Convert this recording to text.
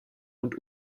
und